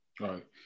right